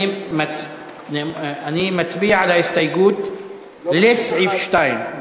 אני מצביע על ההסתייגות לסעיף 2,